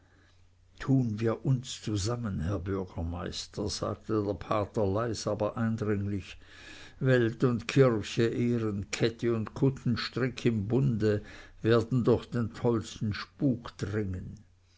tun wir uns zusammen herr bürgermeister sagte der pater leis aber eindringlich welt und kirche ehrenkette und kuttenstrick im bunde werden durch den tollsten spuk dringen